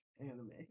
anime